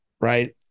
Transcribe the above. Right